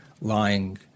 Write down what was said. lying